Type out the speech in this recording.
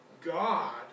God